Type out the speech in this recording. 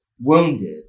wounded